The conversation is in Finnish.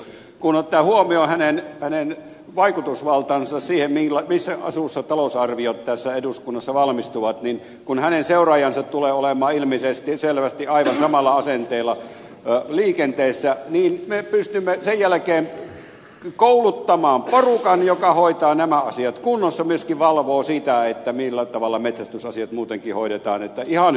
kun ottaa huomioon hänen vaikutusvaltansa siinä missä asussa talousarviot tässä eduskunnassa valmistuvat niin kun hänen seuraajansa tulee olemaan ilmiselvästi aivan samalla asenteella liikenteessä me pystymme sen jälkeen kouluttamaan porukan joka hoitaa nämä asiat kuntoon myöskin valvoo sitä millä tavalla metsästysasiat muutenkin hoidetaan